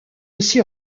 aussi